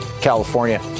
California